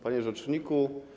Panie Rzeczniku!